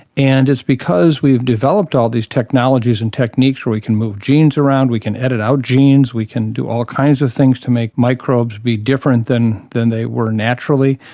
and it's because we've developed all these technologies and techniques where we can move genes around, we can edit out genes, we can do all kinds of things to make microbes be different than than they were naturally,